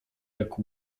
jak